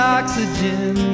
oxygen